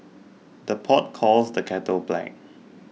the pot calls the kettle black